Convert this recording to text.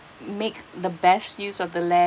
make the best use of the land